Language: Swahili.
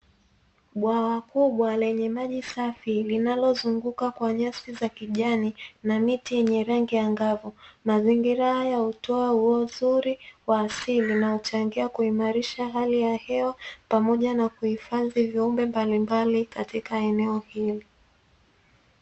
Bwawa kubwa lenye maji safi, linalozunguka kwa nyasi za kijani na miti yenye rangi angavu. Mazingira haya hutoa ua zuri wa asili, unaochangia kuimarisha hali ya hewa pamoja na kuhifadhi viumbe mbalimbali katika eneo hili.